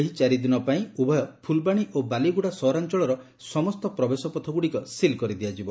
ଏହି ଚାରି ଦିନ ପାଇଁ ଉଭୟ ଫ୍ରଲବାଣୀ ଓ ବାଲିଗୁଡା ସହରାଞ୍ଚଳର ସମସ୍ତ ପ୍ରବେଶ ପଥ ଗୁଡିକ ସିଲ୍ କରିଦିଆଯିବ